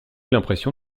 l’impression